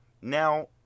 now